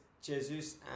Jesus